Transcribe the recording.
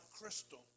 crystal